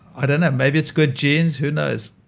i don't know, maybe it's good genes, who knows?